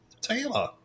Taylor